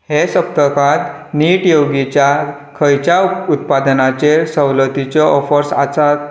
हे सप्तकांत नीट योगीच्या खंयच्या उत्पादनांचेर सवलतिच्यो ऑफर्स आसात